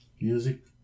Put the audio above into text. music